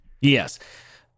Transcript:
Yes